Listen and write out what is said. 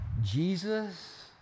Jesus